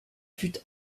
fut